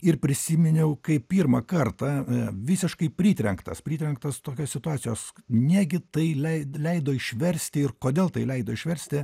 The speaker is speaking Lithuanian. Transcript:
ir prisiminiau kaip pirmą kartą visiškai pritrenktas pritrenktas tokios situacijos negi tai leidi leido išversti ir kodėl tai leido išversti